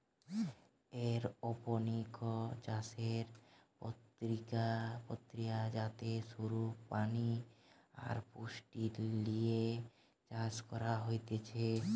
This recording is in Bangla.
এরওপনিক্স চাষের প্রক্রিয়া যাতে শুধু পানি আর পুষ্টি লিয়ে চাষ করা হতিছে